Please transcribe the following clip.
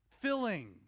filling